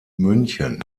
münchen